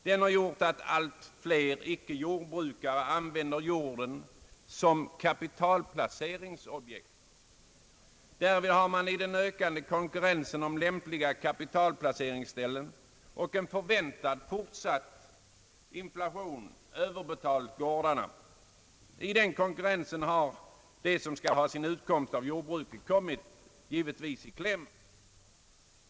Den har medfört att allt fler icke jordbrukare använder jorden som objekt för kapitalplacering. Därvid har man i den ökande konkurrensen om lämpliga kapitalplaceringsställen och i förväntan på en fortsatt inflation överbetalt gårdarna. I den konkurrensen har de som skall ha sin utkomst av jordbruket givetvis kommit i kläm.